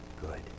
good